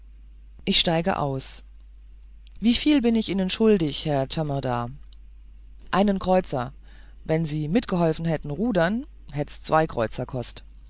ich steige aus wieviel bin ich schuldig herr tschamrda einen kreuzer wenn sie mitg'holfen hätten rudern hätt's zwei